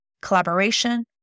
collaboration